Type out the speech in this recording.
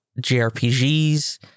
JRPGs